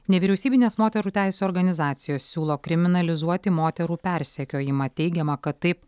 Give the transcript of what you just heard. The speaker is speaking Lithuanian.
nevyriausybinės moterų teisių organizacijos siūlo kriminalizuoti moterų persekiojimą teigiama kad taip